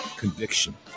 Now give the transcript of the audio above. Conviction